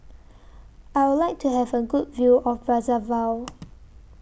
I Would like to Have A Good View of Brazzaville